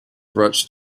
rushed